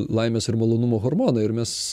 laimės ir malonumo hormonai ir mes